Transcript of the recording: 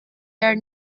der